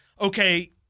okay